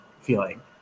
feeling